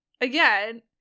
again